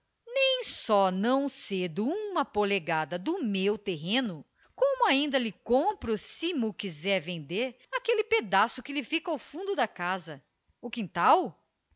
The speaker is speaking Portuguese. nem só não cedo uma polegada do meu terreno como ainda lhe compro se mo quiser vender aquele pedaço que lhe fica ao fundo da casa o quintal